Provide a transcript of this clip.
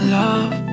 love